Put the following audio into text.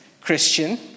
Christian